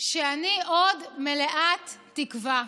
שאני עוד מלאת תקווה,